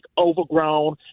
overgrown